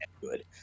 good